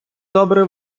добре